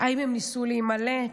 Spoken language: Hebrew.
האם הם ניסו להימלט?